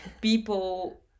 people